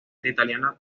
italiana